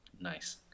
nice